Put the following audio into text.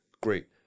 Great